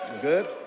Good